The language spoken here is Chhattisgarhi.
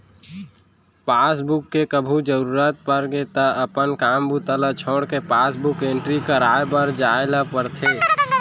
पासबुक के कभू जरूरत परगे त अपन काम बूता ल छोड़के पासबुक एंटरी कराए बर जाए ल परथे